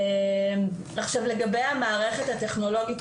לגבי המערכת הטכנולוגית,